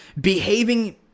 behaving